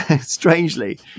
strangely